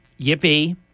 Yippee